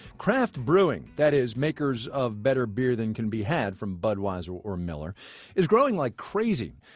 craft brewing that is, makers of better beer than can be had from budweiser or miller is growing like crazy.